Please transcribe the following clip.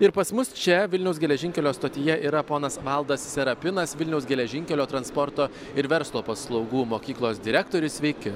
ir pas mus čia vilniaus geležinkelio stotyje yra ponas valdas serapinas vilniaus geležinkelio transporto ir verslo paslaugų mokyklos direktorius sveiki